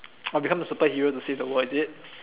oh become a superhero to save the world is it